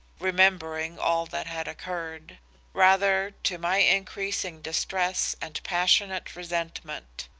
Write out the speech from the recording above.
remembering all that had occurred rather to my increasing distress and passionate resentment.